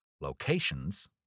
locations